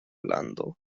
lando